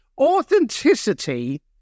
Authenticity